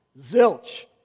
Zilch